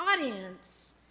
audience